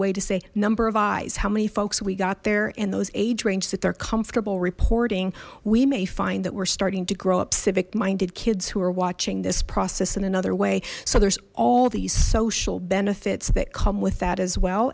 way to say number of eyes how many folks we got there and those age range that they're comfortable reporting we may find that we're starting to grow up civic minded kids who are watching this process in another way so there's all these social benefits that come with that as well